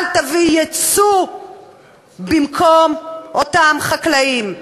אל תביא יצוא במקום אותם חקלאים,